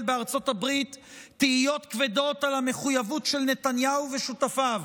בארצות הברית תהיות כבדות על המחויבות של נתניהו ושותפיו